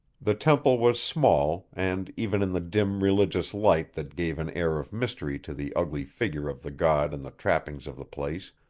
the temple was small, and even in the dim, religious light that gave an air of mystery to the ugly figure of the god and the trappings of the place,